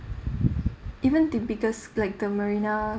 even the biggest like the marina